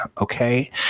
okay